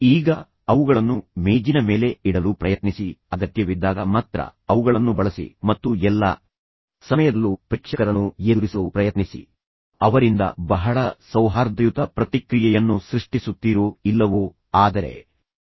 ಈಗ ಅವುಗಳನ್ನು ಮೇಜಿನ ಮೇಲೆ ಇಡಲು ಪ್ರಯತ್ನಿಸಿ ಅಗತ್ಯವಿದ್ದಾಗ ಮಾತ್ರ ಅವುಗಳನ್ನು ಬಳಸಿ ಆದ್ದರಿಂದ ಏನನ್ನೂ ಹಿಡಿದಿಟ್ಟುಕೊಳ್ಳಬೇಡಿ ಮತ್ತು ಎಲ್ಲಾ ಸಮಯದಲ್ಲೂ ಪ್ರೇಕ್ಷಕರನ್ನು ಎದುರಿಸಲು ಪ್ರಯತ್ನಿಸಿ ಅವರಿಂದ ಬಹಳ ಸೌಹಾರ್ದಯುತ ಪ್ರತಿಕ್ರಿಯೆಯನ್ನು ಸೃಷ್ಟಿಸುತ್ತೀರೋ ಇಲ್ಲವೋ ಆದರೆ ಪ್ರೇಕ್ಷಕರನ್ನು ಎದುರಿಸಿ